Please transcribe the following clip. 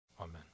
amen